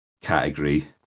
category